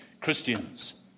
Christians